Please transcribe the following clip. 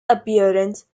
appearance